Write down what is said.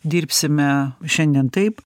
dirbsime šiandien taip